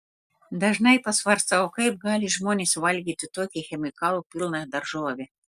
dažnai pasvarstau kaip gali žmonės valgyti tokią chemikalų pilną daržovę